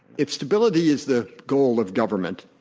if stability is the goal of government